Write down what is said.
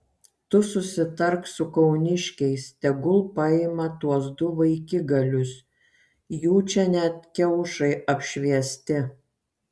tu susitark su kauniškiais tegul paima tuos du vaikigalius jų čia net kiaušai apšviesti